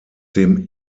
dem